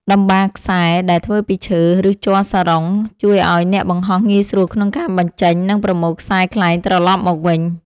តម្បារខ្សែដែលធ្វើពីឈើ ឬជ័រសារ៉ុង ជួយឱ្យអ្នកបង្ហោះងាយស្រួលក្នុងការបញ្ចេញ និងប្រមូលខ្សែខ្លែងត្រលប់មកវិញ។